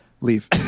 leave